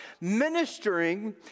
ministering